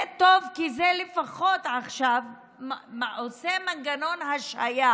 זה טוב, כי זה לפחות עכשיו עושה מנגנון השהיה.